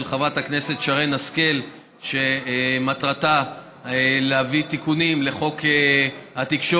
חברת הכנסת שרן השכל שמטרתה להביא תיקונים בחוק התקשורת,